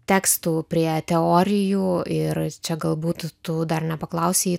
tekstų prie teorijų ir čia galbūt tu dar nepaklausei